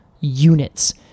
units